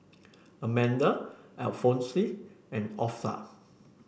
Amanda Alphonse and Orpha